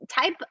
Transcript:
type